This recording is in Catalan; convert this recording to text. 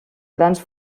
grans